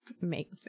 make